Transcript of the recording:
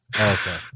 Okay